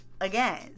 again